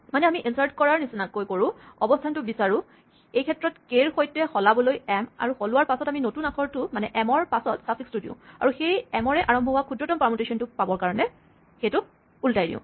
মানে আমি ইনচাৰ্ট কৰাৰ নিচিনাকৈ কৰোঁ অৱস্হানটো বিচাৰো এইক্ষেত্ৰত কে ৰ সৈতে সলাবলৈ এম আৰু সলোৱাৰ পাচত আমি নতুন আখৰটোৰ মানে এম ৰ পাচত চাফিক্সটো দিওঁ আৰু সেই এম ৰে আৰম্ভ হোৱা ক্ষুদ্ৰতম পাৰমুটেচনটো পাবৰ কাৰণে সেইটোক ওলোটাই দিওঁ